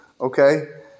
okay